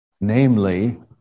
namely